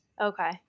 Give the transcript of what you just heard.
Okay